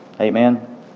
Amen